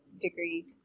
degree